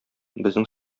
безнең